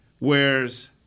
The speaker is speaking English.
Whereas